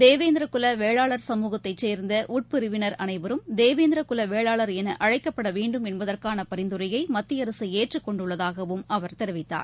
தேவேந்திரகுல வேளாளர் சமூகத்தைச் சேர்ந்த உட்பிரிவினர் அனைவரும் தேவேந்திர குல வேளாளர் என அனழக்கப்பட வேண்டும் என்பதற்கான பரிந்துரையை மத்திய அரசு ஏற்றுக் கொண்டுள்ளதாகவும் அவர் தெரிவித்தார்